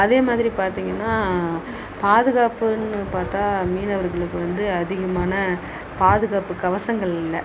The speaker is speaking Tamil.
அதே மாதிரி பார்த்திங்கன்னா பாதுகாப்புனு பார்த்தா மீனவர்களுக்கு வந்து அதிகமான பாதுகாப்பு கவசங்கள் இல்லை